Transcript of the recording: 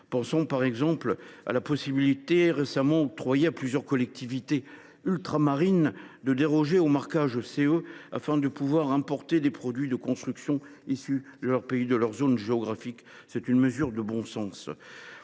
pense par exemple à la possibilité récemment octroyée à plusieurs collectivités ultramarines de déroger au marquage CE afin de pouvoir importer des produits de construction issus de pays de leur zone géographique. C’est une mesure de bon sens.